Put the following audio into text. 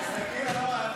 לכיסא הריק שלו.